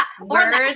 Words